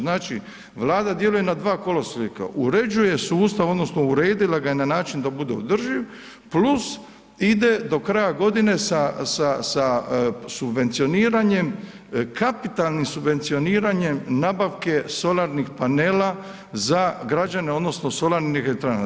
Znači Vlada djeluje na dva kolosijeka, uređuje sustav, odnosno uredila ga je na način da bude održiv, plus ide do kraja godine sa subvencioniranjem, kapitalnim subvencioniranjem nabavke solarnih panela za građane, odnosno solarne elektrane.